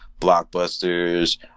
blockbusters